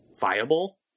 viable